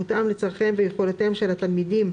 מותאם לצרכיהם ויכולותיהם של התלמידים,